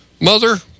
mother